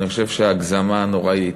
אני חושב שההגזמה הנוראית,